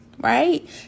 right